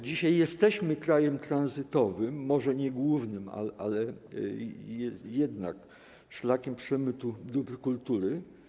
Dzisiaj jesteśmy krajem tranzytowym i może nie głównym, ale jednak szlakiem przemytu dóbr kultury.